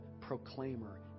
proclaimer